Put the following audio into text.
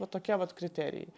va tokie vat kriterijai